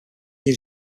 has